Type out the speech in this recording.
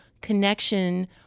connection